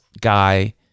guy